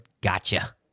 gotcha